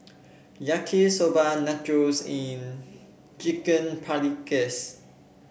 Yaki Soba Nachos and Chicken Paprikas